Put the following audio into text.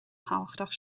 thábhachtach